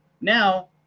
Now